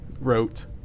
wrote